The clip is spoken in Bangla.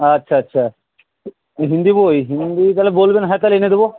আচ্ছা আচ্ছা হিন্দি বই হিন্দি তাহলে বলবেন হ্যাঁ তাহলে এনে দেব